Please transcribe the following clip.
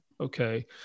Okay